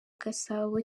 gasabo